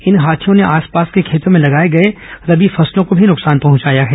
इन हाथियों ने आसपास के खेतों में लगाए गए रबी फसलों को भी नुकसान पहुंचाया है